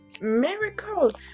miracle